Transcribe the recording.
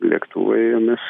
lėktuvai jomis